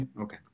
Okay